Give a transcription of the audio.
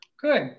Good